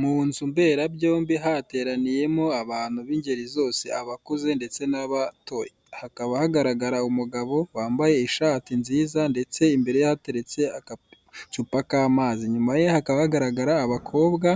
Mu nzu mberabyombi hateraniyemo abantu b'ingeri zose; abakuze n'abato. Hakaba hagargara umugabo wambaye ishati nziza ndetse imbere ye hateretse agacupa k'amazi, inyuma ye hakaba hagaragara abakobwa,